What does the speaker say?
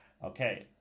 okay